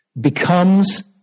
becomes